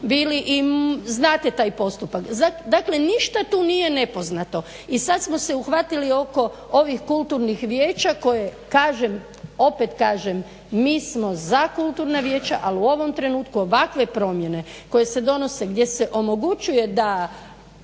bili i znate taj postupak. Dakle, ništa tu nije nepoznato. I sad smo se uhvatili oko ovih kulturnih vijeća koje kažem opet kažem mi smo za kulturna vijeća, ali u ovom trenutku ove promjene koje se donose gdje se omogućuje da